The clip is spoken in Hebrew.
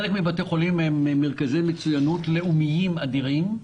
חלק מבתי החולים הם מרכזי מצוינות לאומיים אדירים,